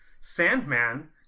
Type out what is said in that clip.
Sandman